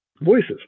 voices